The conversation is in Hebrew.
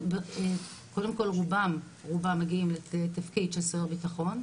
קודם כל, רובם מגיעים לתפקיד של סוהר ביטחון.